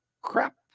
crap